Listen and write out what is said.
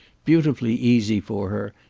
beautifully easy for her,